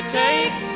take